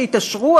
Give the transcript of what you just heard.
שיתעשרו,